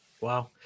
Wow